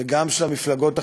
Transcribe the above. גם של המפלגות החרדיות,